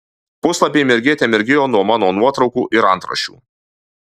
puslapiai mirgėte mirgėjo nuo mano nuotraukų ir antraščių